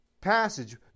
passage